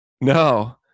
No